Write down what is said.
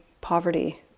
poverty